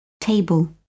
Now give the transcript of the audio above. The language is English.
table